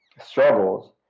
struggles